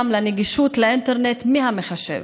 גם בנגישות של האינטרנט במחשב.